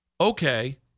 Okay